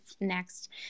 next